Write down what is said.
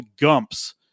gumps